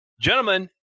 gentlemen